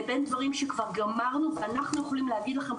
לבין דברים שכבר גמרנו ואנחנו יכולים להגיד לכם,